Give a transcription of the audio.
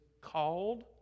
called